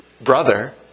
brother